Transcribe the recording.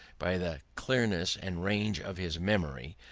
by the clearness and range of his memory,